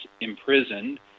imprisoned